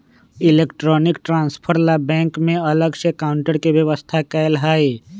electronic transfer ला bank में अलग से काउंटर के व्यवस्था कएल हई